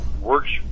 works